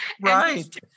Right